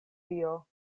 tio